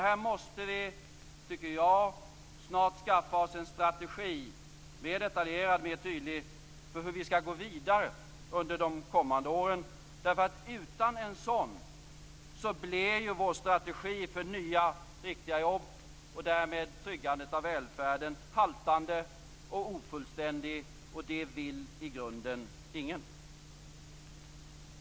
Här måste vi, tycker jag, snart skaffa oss en strategi som är mer detaljerad och mer tydlig för hur vi skall gå vidare under de kommande åren, därför att utan en sådan blir ju vår strategi för nya riktiga jobb och därmed tryggandet av välfärden haltande och ofullständig, och det vill i grunden ingen.